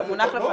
זה מונח בפנינו.